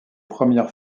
premières